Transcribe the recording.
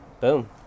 Boom